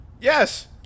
Yes